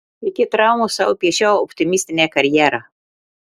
iki traumos sau piešiau optimistinę karjerą